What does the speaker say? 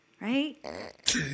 right